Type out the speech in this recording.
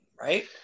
right